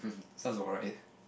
sounds about right